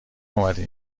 اومدی